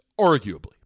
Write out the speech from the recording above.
arguably